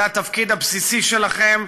זה התפקיד הבסיסי שלכם,